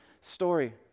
story